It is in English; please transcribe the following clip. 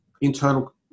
internal